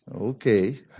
Okay